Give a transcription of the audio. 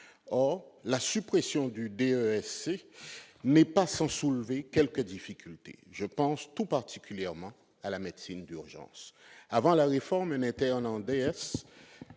double spécialisation, ce qui n'est pas sans soulever quelques difficultés. Je pense tout particulièrement à la médecine d'urgence. Avant la réforme, un interne en